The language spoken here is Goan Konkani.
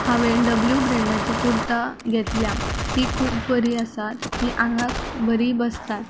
हांवें डब्ल्यू ब्रँडाची कुर्ता घेतल्या ती खूब बरी आसा ती आंगार बरी बसता